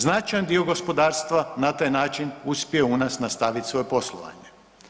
Značajan dio gospodarstva na taj način uspio je u nas nastaviti svoje poslovanje.